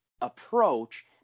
approach